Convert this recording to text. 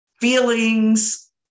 feelings